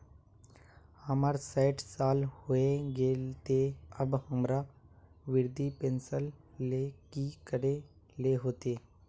हमर सायट साल होय गले ते अब हमरा वृद्धा पेंशन ले की करे ले होते?